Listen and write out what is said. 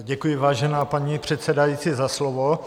Děkuji, vážená paní předsedající, za slovo.